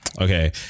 Okay